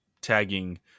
tagging